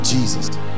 Jesus